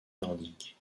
nordique